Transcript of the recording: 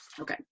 Okay